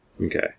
Okay